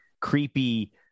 creepy